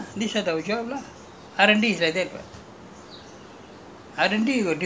and then see where what the change and all that lah these are our job lah